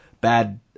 bad –